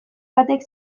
batek